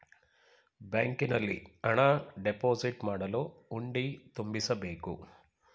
ಬ್ಯಾಂಕಿನಲ್ಲಿ ಹಣ ಡೆಪೋಸಿಟ್ ಮಾಡಲು ಹುಂಡಿ ತುಂಬಿಸಬೇಕು